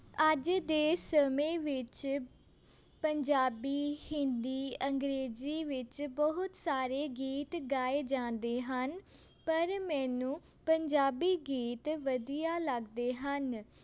ਅੱਜ ਦੇ ਸਮੇਂ ਵਿੱਚ ਪੰਜਾਬੀ ਹਿੰਦੀ ਅੰਗਰੇਜ਼ੀ ਵਿੱਚ ਬਹੁਤ ਸਾਰੇ ਗੀਤ ਗਾਏ ਜਾਂਦੇ ਹਨ ਪਰ ਮੈਨੂੰ ਪੰਜਾਬੀ ਗੀਤ ਵਧੀਆ ਲੱਗਦੇ ਹਨ